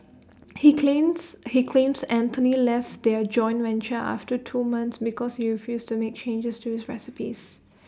he claims he claims Anthony left their joint venture after two months because you refused to make changes to his recipes